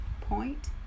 Point